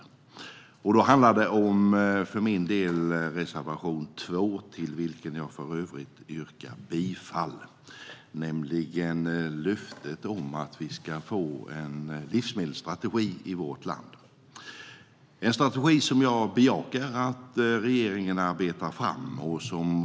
Då handlar det om reservation 2, till vilken jag för övrigt yrkar bifall, alltså löftet om att vi ska få en livsmedelsstrategi i vårt land. Det är en strategi som jag bejakar att regeringen arbetar fram.